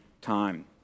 time